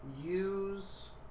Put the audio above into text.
use